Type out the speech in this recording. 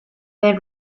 man